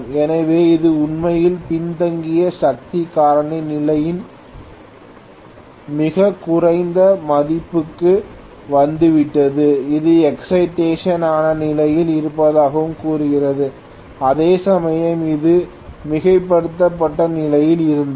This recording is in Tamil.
எனவே இது உண்மையில் பின்தங்கிய சக்தி காரணி நிலையின் மிகக் குறைந்த மதிப்புக்கு வந்துவிட்டது இது எக்சைடேஷன் ஆன நிலையில் இருப்பதாகக் கூறுகிறது அதேசமயம் அது மிகைப்படுத்தப்பட்ட நிலையில் இருந்தது